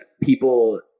people